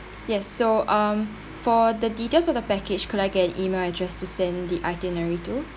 yes so um for the details of the package could I get an email address to send the itinerary to